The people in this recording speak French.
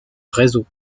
réseaux